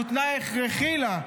הוא תנאי הכרחי לה.